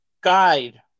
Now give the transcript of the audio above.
guide